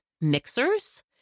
Mixers